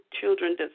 children